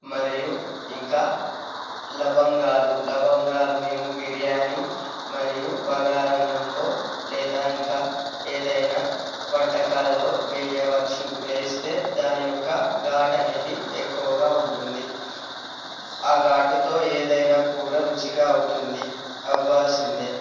మరియు ఇంకా లవంగాలు లవంగాలు మేము బిర్యానీ మరియు బాగార అన్నంలో లేదా ఇంకా ఏదైనా వంటకాలలో వేయవచ్చు వేస్తే దాని యొక్క ఘాటు అనేది ఎక్కువగా ఉంటుంది ఆ ఘాటుతో ఏదైనా కూర రుచిగా అవుతుంది అవ్వాల్సిందే